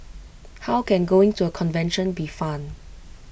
how can going to A convention be fun